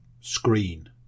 screen